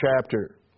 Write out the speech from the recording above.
chapter